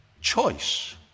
Choice